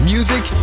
Music